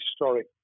historic